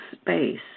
space